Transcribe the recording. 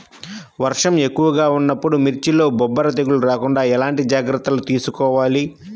వర్షం ఎక్కువగా ఉన్నప్పుడు మిర్చిలో బొబ్బర తెగులు రాకుండా ఎలాంటి జాగ్రత్తలు తీసుకోవాలి?